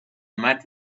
met